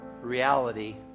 reality